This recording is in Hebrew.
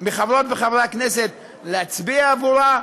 מחברות וחברי הכנסת להצביע עבור הצעת החוק,